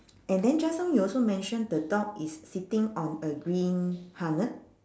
and then just now you also mention the dog is sitting on a green harness